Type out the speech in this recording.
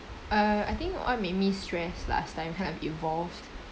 uh I think what made me stressed last time kind of evolved